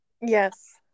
Yes